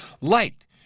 light